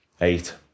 eight